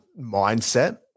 mindset